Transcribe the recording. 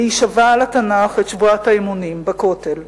להישבע על התנ"ך את שבועת האמונים בכותל,